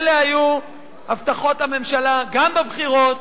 אלה היו הבטחות הממשלה גם בבחירות,